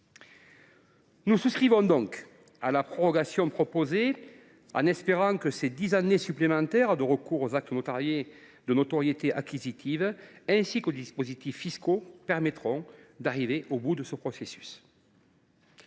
Nous souscrivons donc à la prorogation proposée, en espérant que ces dix années supplémentaires de recours aux actes notariés de notoriété acquisitive, ainsi qu’aux dispositifs fiscaux, permettront d’arriver au bout de ce processus.